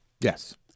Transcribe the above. Yes